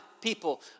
people